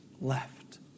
Left